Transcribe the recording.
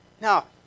Now